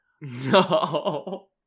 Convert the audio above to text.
No